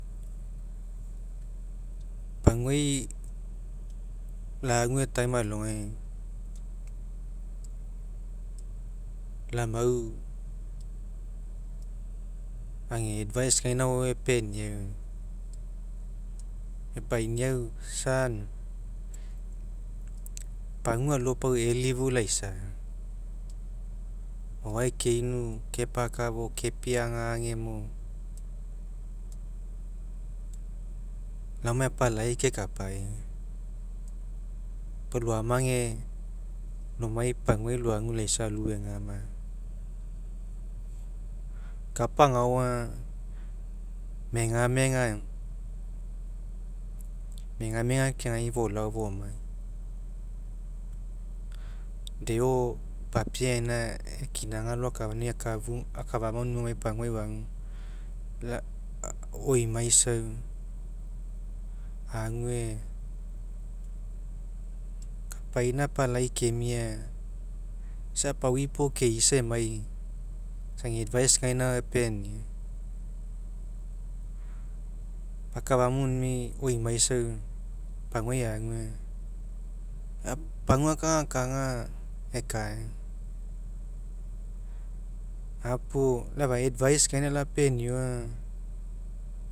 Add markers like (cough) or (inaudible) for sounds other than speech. Paguai lague time alogai lau amau ega advice gaina ao epeniau epeniau, "son eoma, pagua alo pau elifu laisa eoma, o'oae keinu kepakafo'o kepiaga agemo, laomai apalai kekae pau loamage lomai paguai loague laisao alou egama, kapa agao aga megamega eoma, megamega keagagai folao fomai, deo papie gaina ekinaga loakafania (unintelligible) akafamu aunimi omai paguai lai oimaisau ague kapaina apalai kemia", isa apaoi puo keisa emai isa ega advice gaina epeniau, " akafamu anunimi oimaisau paguai ague a pagua kagakaga ekaega gapuo lau efau advice gaina lapenio aga